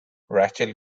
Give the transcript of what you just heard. rachel